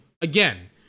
again